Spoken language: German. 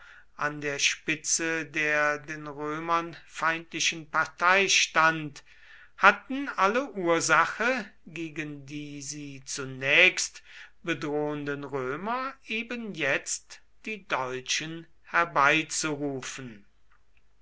an der spitze der den römern feindlichen partei stand hatten alle ursache gegen die sie zunächst bedrohenden römer ebenjetzt die deutschen herbeizurufen